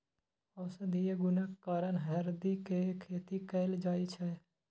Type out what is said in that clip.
औषधीय गुणक कारण हरदि के खेती कैल जाइ छै